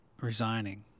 resigning